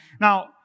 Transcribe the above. Now